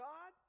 God